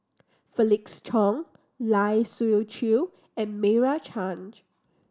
Felix Cheong Lai Siu Chiu and Meira Chand